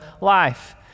life